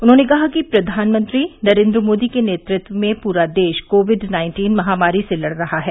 उन्होंने कहा कि प्रधानमंत्री नरेन्द्र मोदी के नेतृत्व में पूरा देश कोविड नाइन्टीन महामारी से लड़ रहा है